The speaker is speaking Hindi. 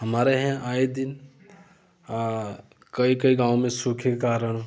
हमारे यहाँ आए दिन कई कई गाँव में सूखे के कारण